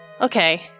Okay